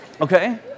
Okay